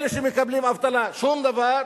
אלה שמקבלים דמי אבטלה, שום דבר.